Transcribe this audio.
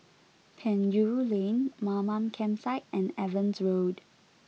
Penjuru Lane Mamam Campsite and Evans Road